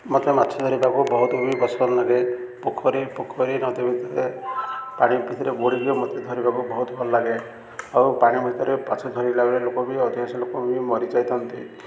ମତେ ମାଛ ଧରିବାକୁ ବହୁତ ବି ପସନ୍ଦ ଲାଗେ ପୋଖରୀ ପୋଖରୀ ନଦୀ ଭିତରେ ପାଣି ଭିତରେ ବୁଡ଼ିକି ମତେ ଧରିବାକୁ ବହୁତ ଭଲ ଲାଗେ ଆଉ ପାଣି ଭିତରେ ମାଛ ଧରିଲା ବେଳେ ଲୋକ ବି ଅଧିକଂଶ ଲୋକ ବି ମରିଯାଇଥାନ୍ତି